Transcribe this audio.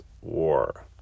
war